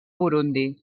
burundi